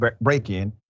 break-in